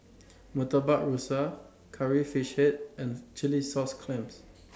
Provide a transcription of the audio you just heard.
Murtabak Rusa Curry Fish Head and Chilli Sauce Clams